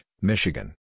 Michigan